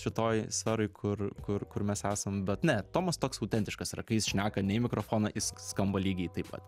šitoj sferoj kur kur kur mes esam bet ne tomas toks autentiškas yra kai jis šneka ne į mikrofoną jis skamba lygiai taip pat